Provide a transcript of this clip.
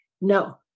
No